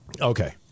Okay